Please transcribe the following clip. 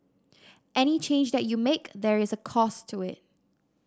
any change that you make there is a cost to it